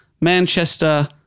Manchester